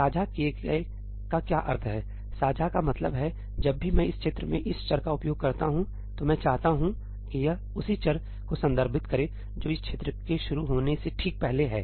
साझा किए गए का क्या अर्थ है साझा का मतलब है कि जब भी मैं इस क्षेत्र में इस चर का उपयोग करता हूं तो मैं चाहता हूं कि यह उसी चर को संदर्भित करे जो इस क्षेत्र के शुरू होने से ठीक पहले है